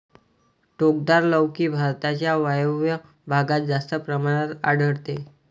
टोकदार लौकी भारताच्या वायव्य भागात जास्त प्रमाणात आढळते